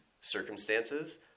circumstances